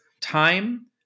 time